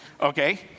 Okay